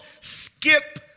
skip